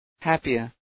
happier